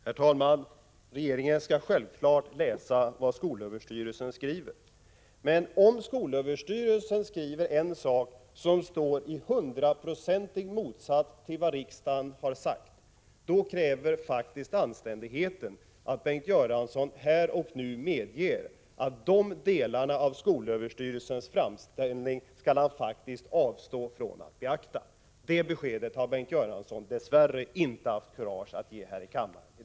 Herr talman! Regeringen skall självfallet läsa vad skolöverstyrelsen skriver. Men om skolöverstyrelsen skriver en sak som står i hundraprocentig motsats till vad riksdagen har sagt kräver anständigheten faktiskt att Bengt Göransson här och nu medger att han skall avstå från att beakta de delarna av skolöverstyrelsens framställning. Det beskedet har Bengt Göransson dess värre inte haft kurage att ge här i kammaren i dag.